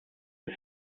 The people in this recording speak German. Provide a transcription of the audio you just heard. des